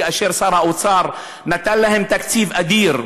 כאשר שר האוצר נתן להם תקציב אדיר,